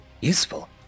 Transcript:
Useful